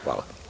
Hvala.